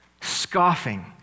Scoffing